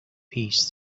peace